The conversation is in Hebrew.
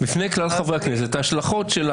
חבר הכנסת עופר כסיף,